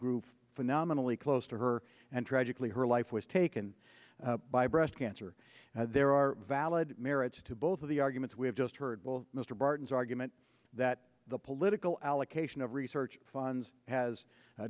grew phenomenally close to her and tragically her life was taken by breast cancer there are valid marriage to both of the arguments we have just heard mr barton's argument that the political allocation of research funds has